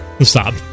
Stop